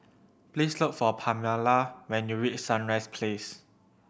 please look for Pamala when you reach Sunrise Place